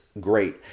great